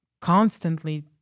constantly